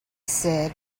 said